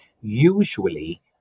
usually